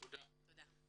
תודה.